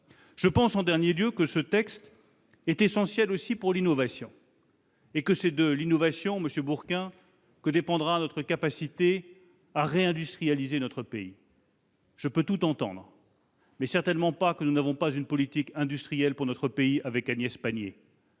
Je pense, en dernier lieu, que ce texte est essentiel aussi pour l'innovation. C'est d'elle, monsieur Bourquin, que dépendra notre capacité à réindustrialiser notre pays. Je peux tout entendre, mais certainement pas que nous n'avons pas une politique industrielle pour notre pays, Agnès